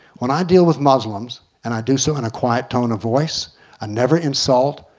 when i deal with muslims, and i do so in a quiet tone of voice i never insult,